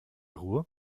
ruhr